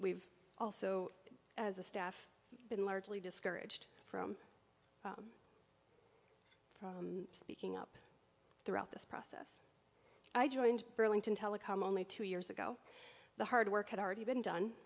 we've also as a staff been largely discouraged from from speaking up throughout this process i joined burlington telecom only two years ago the hard work had already been done